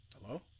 Hello